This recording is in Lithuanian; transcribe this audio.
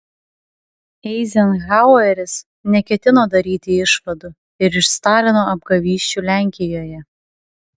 eizenhaueris neketino daryti išvadų ir iš stalino apgavysčių lenkijoje